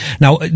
Now